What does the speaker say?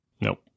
Nope